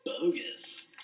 bogus